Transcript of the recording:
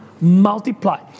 multiply